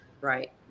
Right